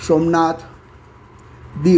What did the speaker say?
Somnath Diu